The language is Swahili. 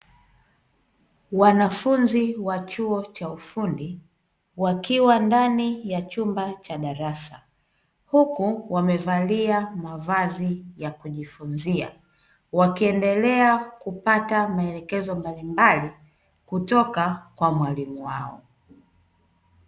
Wanafunzi wa chuo cha ufundi wakiwa ndani ya chumba cha darasa, huku wamevalia mavazi ya kujifunzia wakiendelea kupata maelekezo mbalimbali kutoka kwa mwalimu wao.